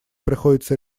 приходится